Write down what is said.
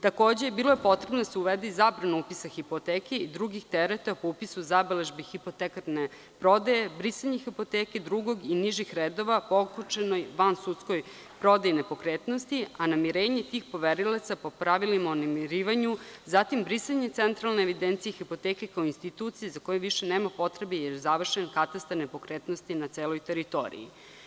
Takođe, bilo je potrebno da se uvede i zabrana upisa hipoteke i drugih tereta po upisu zabeležbi hipotekarne prodaje, brisanje hipoteke drugog i nižih redova po okončanoj vansudskoj prodaji nepokretnosti, a namirenje tih poverilaca po pravilima o namirivanju, zatim brisanje centralne evidencije hipoteke kao institucije za koju više nema potrebe jerje završen Katastar nepokretnosti na celoj teritoriji.